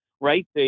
right